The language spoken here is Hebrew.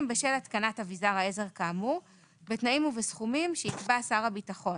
בשל התקנת אביזר העזר כאמור בתנאים ובסכומים שיקבע שר הביטחון.